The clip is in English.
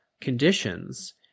conditions